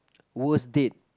worst date